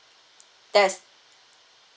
yes